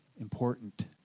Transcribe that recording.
important